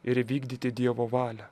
ir įvykdyti dievo valią